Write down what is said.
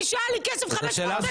אני כשהיה לי כסף, 500 שקל,